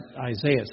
Isaiah